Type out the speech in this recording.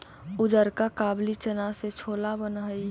उजरका काबली चना से छोला बन हई